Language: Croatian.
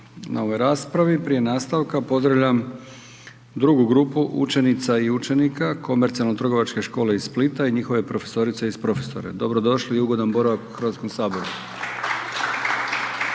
na ovoj raspravi. Prije nastavka pozdravljam drugu grupu učenica i učenika Komercijalno-trgovačke škole iz Splita i njihove profesorice i profesore. Dobrodošli i ugodan boravak u HS-u.